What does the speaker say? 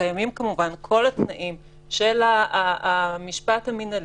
קיימים כמובן כל התנאים של המשפט המינהלי,